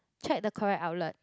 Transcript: check the correct outlet